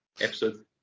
episode